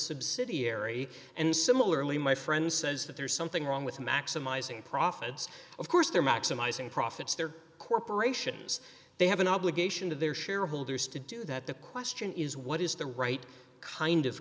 subsidiary and similarly my friend says that there's something wrong with maximizing profits of course they're maximizing profits they're corporations they have an obligation to their shareholders to do that the question is what is the right kind of